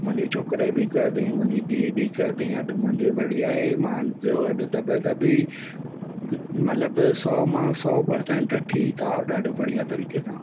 मुंहिंजे छोकरे बि कयो अथई मुंहिंजी धीउ बि कयो अथई अॼु मुं्जोहिं बढ़िया आहे मुंहिंजो अॼु तबीअत बि मतिलबु सौ मां सौ पर्सेंट ठीकु आहे ॾाढो बढ़िया तरीक़े सां